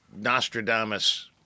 Nostradamus